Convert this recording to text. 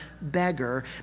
beggar